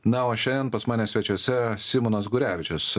na o šiandien pas mane svečiuose simonas gurevičius